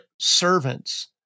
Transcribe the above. servants